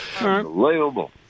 Unbelievable